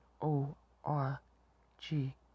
O-R-G